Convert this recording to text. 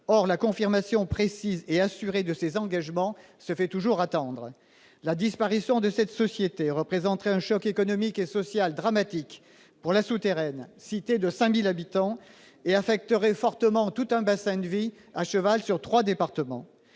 Or la confirmation précise et assurée de ces engagements se fait toujours attendre. La disparition de cette société représenterait un choc économique et social dramatique pour La Souterraine, cité de 5 000 habitants, et affecterait fortement tout un bassin de vie, à cheval sur trois départements.